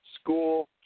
School